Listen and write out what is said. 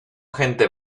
gente